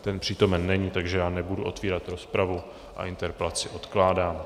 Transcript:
Ten přítomen není, takže já nebudu otevírat rozpravu a interpelaci odkládám.